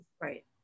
Right